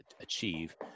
achieve